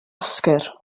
oscar